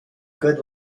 good